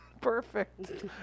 Perfect